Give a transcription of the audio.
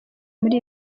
muri